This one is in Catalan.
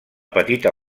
petita